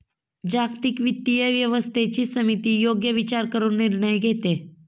जागतिक वित्तीय व्यवस्थेची समिती योग्य विचार करून निर्णय घेते